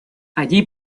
allí